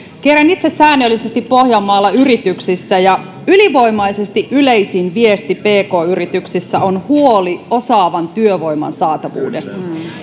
kierrän itse säännöllisesti pohjanmaalla yrityksissä ja ylivoimaisesti yleisin viesti pk yrityksissä on huoli osaavan työvoiman saatavuudesta